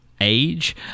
age